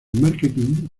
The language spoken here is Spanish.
marketing